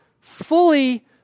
fully